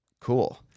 cool